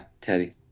Teddy